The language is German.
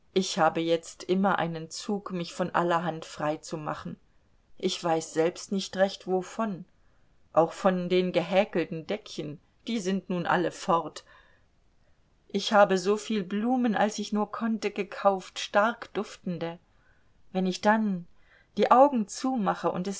ich habe jetzt immer einen zug mich von allerhand freizumachen ich weiß selbst nicht recht wovon auch von den gehäkelten deckchen die sind nun alle fort ich habe so viel blumen als ich nur konnte gekauft starkduftende wenn ich dann die augen zumache und